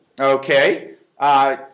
Okay